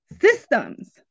Systems